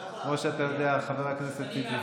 אתה לא יכול, כמו שאתה יודע, חבר הכנסת טיבי,